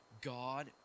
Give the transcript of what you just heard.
God